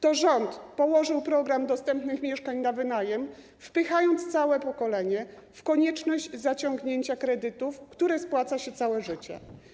To rząd położył program dostępnych mieszkań na wynajem, wpychając całe pokolenie w konieczność zaciągnięcia kredytów, które spłaca się całe życie.